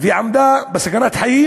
ועמדה בסכנת חיים.